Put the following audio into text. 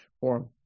form